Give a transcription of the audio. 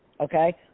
okay